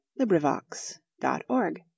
LibriVox.org